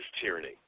tyranny